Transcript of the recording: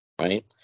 right